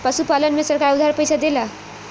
पशुपालन में सरकार उधार पइसा देला?